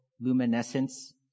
luminescence